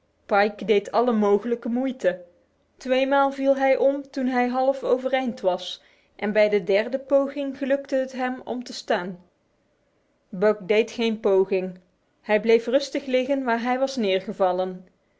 pike deed alle mogelijke moeite tweemaal viel hij om toen hij half overeind was en bij de derde poging gelukte het hem op te staan buck deed geen poging hij bleef rustig liggen waar hij was